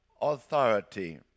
authority